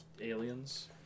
aliens